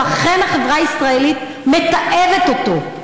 ולכן החברה הישראלית מתעבת אותו.